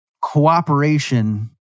cooperation